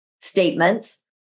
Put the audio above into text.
statements